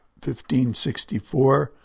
1564